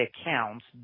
accounts